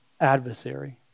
adversary